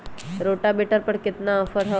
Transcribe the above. Rotavator पर केतना offer हव?